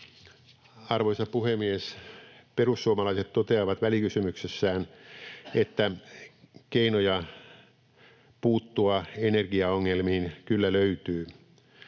Arvoisa puhemies! Perussuomalaiset toteavat välikysymyksessään, että keinoja puuttua energiaongelmiin kyllä löytyy.